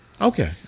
Okay